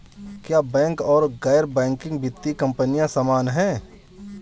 क्या बैंक और गैर बैंकिंग वित्तीय कंपनियां समान हैं?